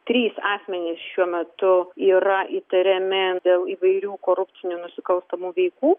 trys asmenys šiuo metu yra įtariami dėl įvairių korupcinių nusikalstamų veikų